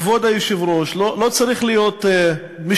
כבוד היושב-ראש, לא צריך להיות משפטן